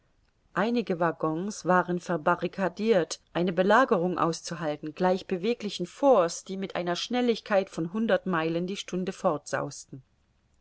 einige waggons waren verbarrikadirt eine belagerung auszuhalten gleich beweglichen forts die mit einer schnelligkeit von hundert meilen die stunde